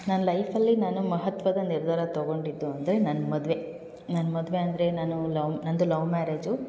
ನನ್ನ ಲೈಫಲ್ಲಿ ನಾನು ಮಹತ್ವದ ನಿರ್ಧಾರ ತಗೊಂಡಿದ್ದು ಅಂದರೆ ನನ್ನ ಮದುವೆ ನನ್ನ ಮದುವೆ ಅಂದರೆ ನಾನು ಲವ್ ನನ್ನದು ಲವ್ ಮ್ಯಾರೇಜು